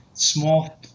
small